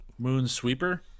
Moonsweeper